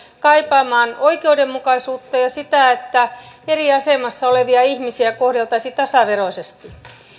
kaipaamaan oikeudenmukaisuutta ja sitä että eri asemassa olevia ihmisiä kohdeltaisiin tasaveroisesti